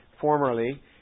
formerly